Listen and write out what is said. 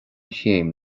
chéim